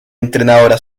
entrenadora